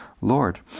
Lord